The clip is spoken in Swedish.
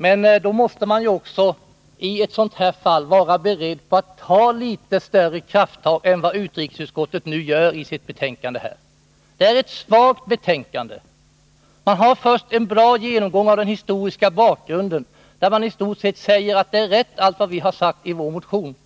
Men man måste i ett sådant här fall också vara beredd att ta litet större krafttag än vad utrikesutskottet nu gör i sitt betänkande. Det är ett svagt betänkande. Man har först en bra genomgång av den historiska bakgrunden, där man istort sett säger att allt vad vi har sagt i vår motion är rätt.